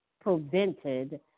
prevented